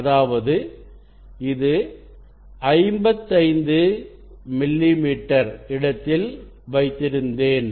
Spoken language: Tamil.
அதாவது இது 55 மில்லிமீட்டர் இடத்தில் வைத்திருந்தேன்